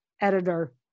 editor